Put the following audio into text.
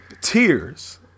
Tears